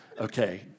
Okay